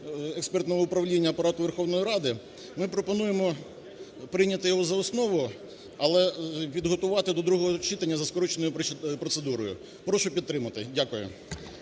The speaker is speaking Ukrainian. науково-експертного управління Апарату Верховної Ради, ми пропонуємо прийняти його за основу, але підготувати до другого читання за скороченою процедурою. Прошу підтримати. Дякую.